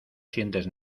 sientes